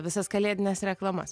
visas kalėdines reklamas